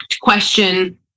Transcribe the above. question